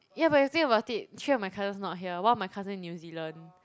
ya but you think about it three of my cousins not here one of my cousin in New-Zealand